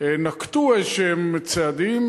נקטו איזשהם צעדים,